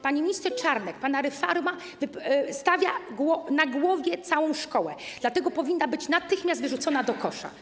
Panie ministrze Czarnek, pana reforma stawia na głowie całą szkołę, dlatego powinna być natychmiast wyrzucona do kosza.